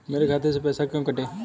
मेरे खाते से पैसे क्यों कटे?